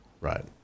Right